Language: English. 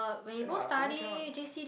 can what confirm can one